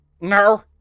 No